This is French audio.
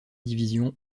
division